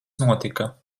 notika